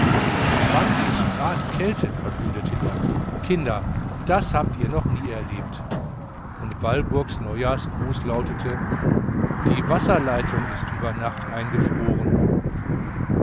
zwanzig grad kälte verkündete er kinder das habt ihr noch nie erlebt und walburgs neujahrsgruß lautete die wasserleitung ist über nacht eingefroren